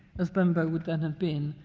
as bembo would then have been,